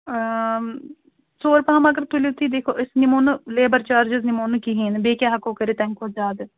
ژوٚر پَہَم اگر تُلِو تُہۍ دِکھ أسۍ نِمو نہٕ لیبَر چارجِز نِمو نہٕ کِہیٖنٛۍ بیٚیہِ کیٛاہ ہٮ۪کو کٔرِتھ تَمہِ کھۄتہٕ زیادٕ